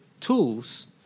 tools